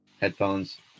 headphones